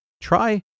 try